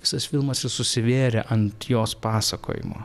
visas filmas ir susivėrė ant jos pasakojimo